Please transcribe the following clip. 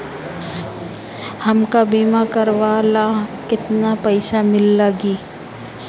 हमका बीमा करावे ला केतना पईसा लागी?